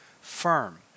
firm